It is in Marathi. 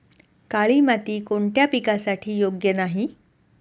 काळी माती कोणत्या पिकासाठी योग्य नाही?